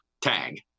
tag